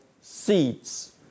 seeds